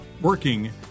working